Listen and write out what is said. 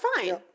fine